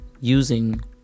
using